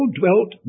dwelt